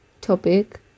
topic